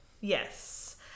Yes